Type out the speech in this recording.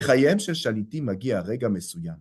בחייהם של שליטים מגיע רגע מסוים.